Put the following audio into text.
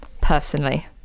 personally